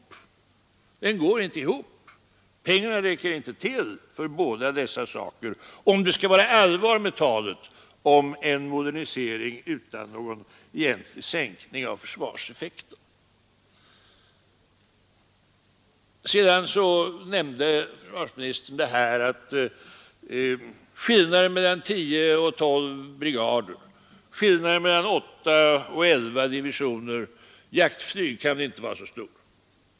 Pengarna räcker inte till för dessa båda saker om det skall vara något allvar med talet om en modernisering utan någon egentlig sänkning av försvarseffekten. Försvarsministern nämnde sedan att skillnaden mellan 10 och 12 brigader och skillnaden mellan 8 och 11 divisioner jaktflyg inte kan vara så stor.